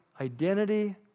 identity